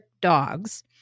dogs